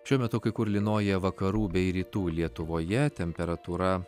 šiuo metu kai kur lynoja vakarų bei rytų lietuvoje temperatūra